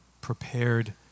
prepared